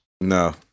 No